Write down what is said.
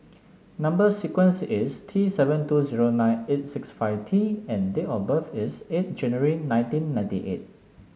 number sequence is T seven two zero nine eight six five T and date of birth is eight January nineteen ninety eight